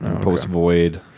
post-void